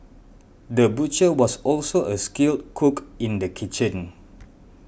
the butcher was also a skilled cook in the kitchen